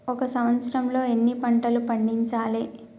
ఒక సంవత్సరంలో ఎన్ని పంటలు పండించాలే?